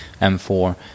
M4